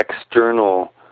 external